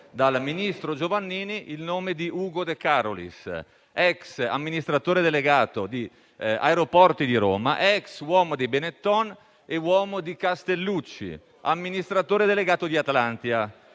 dal ministro Giovannini, il nome di Ugo de Carolis, ex amministratore delegato di Aeroporti di Roma, ex uomo di Benetton e uomo di Castellucci, amministratore delegato di Atlantia.